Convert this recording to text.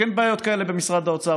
כן בעיות כאלה במשרד האוצר,